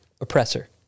oppressor